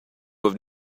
have